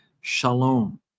shalom